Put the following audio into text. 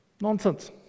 Nonsense